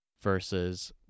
versus